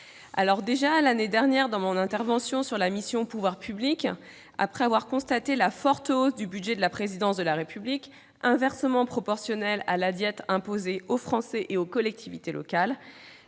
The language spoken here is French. unique. L'année dernière, lors de l'examen de la mission « Pouvoirs publics », après avoir constaté la forte hausse du budget de la présidence de la République, inversement proportionnelle à la diète imposée aux Français et aux collectivités locales,